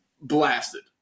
blasted